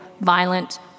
violent